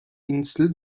insel